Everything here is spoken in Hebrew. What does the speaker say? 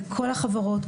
בכל החברות,